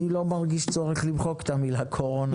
אני לא מרגיש צורך למחוק את המילה קורונה.